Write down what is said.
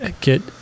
get